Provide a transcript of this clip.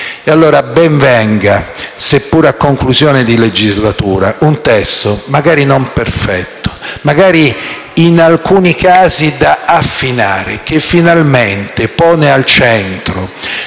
E allora ben venga, seppur a conclusione di legislatura, un testo, magari non perfetto e in alcuni casi da affinare, che finalmente pone al centro